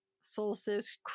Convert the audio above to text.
solstice